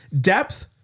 depth